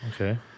Okay